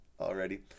already